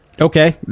Okay